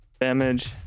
damage